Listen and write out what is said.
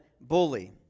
bully